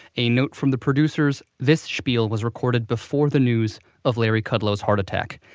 a note from the producers this spiel was recorded before the news of larry kudlow is heart attack.